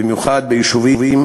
במיוחד ביישובים